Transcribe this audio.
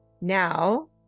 Now